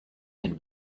den